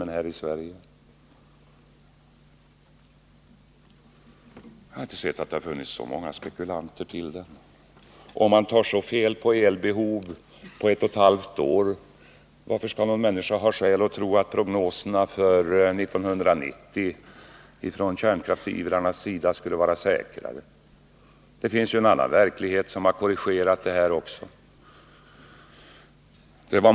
Jag kan inte se att det skulle ha funnits så många spekulanter på den. Om man tar så fel på elbehovet på ett och ett halvt år, hur skall man då kunna tro att kärnkraftsivrarnas prognoser för 1990 är säkrare? Även en annan verklighet har korrigerat kärnkraftsivrarna.